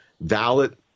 valid